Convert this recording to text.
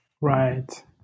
Right